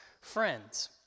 friends